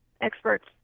experts